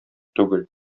түгел